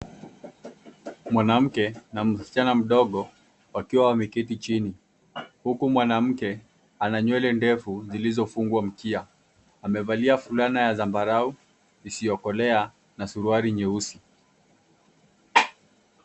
Mwanamke na msichana mdogo wakiwa wameketi chini huku mwanamke ana nywele ndefu zilizofungwa mkia. Amevalia fulana ya zambarau isiyokolea na suruali nyeusi.